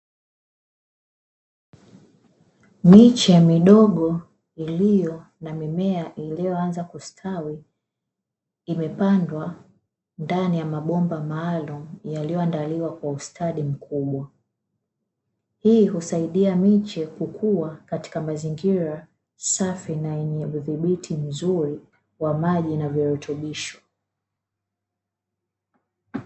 Miche midogo iliyo na mimea iliyoanza kustawi imepandwa ndani ya mabomba maalumu yaliyoandaliwa kwa ustadi mkubwa, hii husaidia miche kukua katika mazingira safi na yenye udhibiti mzuri wa maji na virutubisho.